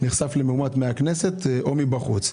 שנחשף למאומת מהכנסת או מבחוץ.